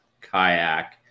Kayak